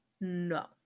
no